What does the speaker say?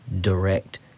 direct